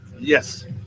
Yes